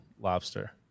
lobster